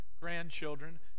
grandchildren